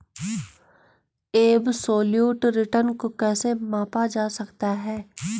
Absolute return को कैसे मापा जा सकता है?